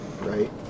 right